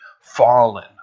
fallen